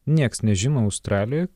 nieks nežino australijoj